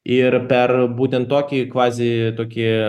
ir per būtent tokį kvazi tokį